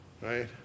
right